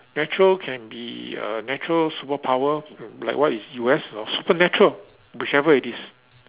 natural can be uh natural superpower like what is U_S or supernatural whichever it is